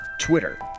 Twitter